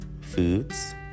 foods